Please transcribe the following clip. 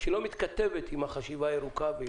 שלא מתכתבת עם החשיבה הירוקה.